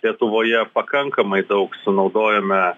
lietuvoje pakankamai daug sunaudojome